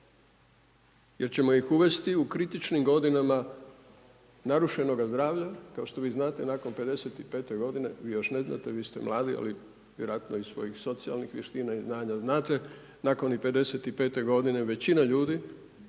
Jer ćemo ih uvesti u kritičnim godinama narušenoga zdravlja kao što vi znate nakon 55. godine, još ne znate vi ste mladi, ali iz svojih socijalnih vještina i znanja znate nakon 55. godine većina ljudi